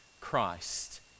Christ